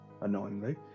annoyingly